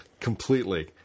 Completely